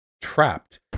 trapped